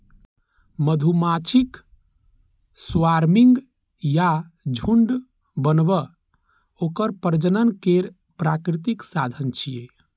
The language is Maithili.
मधुमाछीक स्वार्मिंग या झुंड बनब ओकर प्रजनन केर प्राकृतिक साधन छियै